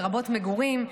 לרבות מגורים,